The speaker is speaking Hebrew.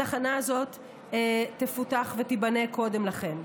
התחנה הזאת תפותח ותיבנה קודם לכן.